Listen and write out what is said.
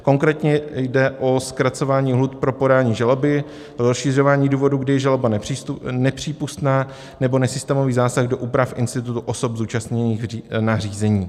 Konkrétně jde o zkracování lhůt pro podání žaloby, rozšiřování důvodů, kdy je žaloba nepřípustná, nebo nesystémový zásah do úprav institutu osob zúčastněných na řízení.